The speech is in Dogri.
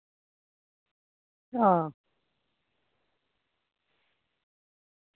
हां